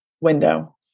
Window